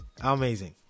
Amazing